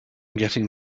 getting